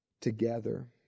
together